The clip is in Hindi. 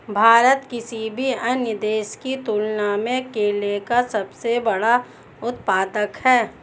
भारत किसी भी अन्य देश की तुलना में केले का सबसे बड़ा उत्पादक है